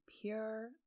pure